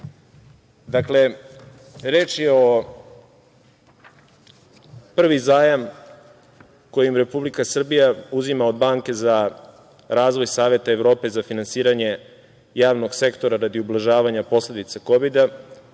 19 reč je o prvom zajmu koji Republika Srbija uzima od Banke za razvoj Saveta Evrope za finansiranje javnog sektora radi ublažavanja posledica kovida,